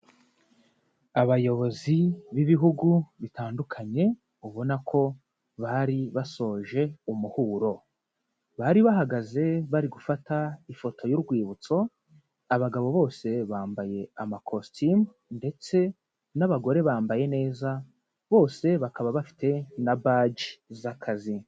Abayobozi b'ibihugu bitandukanye, ubona ko bari basoje umuhuro, bari bahagaze bari gufata ifoto y'urwibutso, abagabo bose bambaye amakositimu ndetse n'abagore bambaye neza, bose bakaba bafite na baje z'akazi.